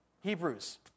Hebrews